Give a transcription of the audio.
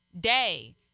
day